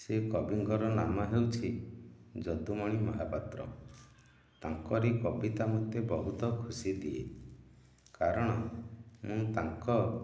ସେହି କବିଙ୍କର ନାମ ହେଉଛି ଯଦୁମଣି ମହାପାତ୍ର ତାଙ୍କରି କବିତା ମୋତେ ବହୁତ ଖୁସି ଦିଏ କାରଣ ମୁଁ ତାଙ୍କ